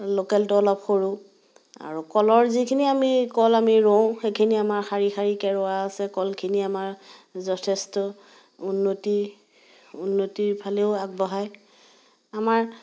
লোকেলটো অলপ সৰু আৰু কলৰ যিখিনি আমি কল আমি ৰুওঁ সেইখিনি আমাৰ শাৰী শাৰীকৈ ৰুৱা আছে কলখিনি আমাৰ যথেষ্ট উন্নতি উন্নতিৰ ফালেও আগবঢ়ায় আমাৰ